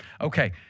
Okay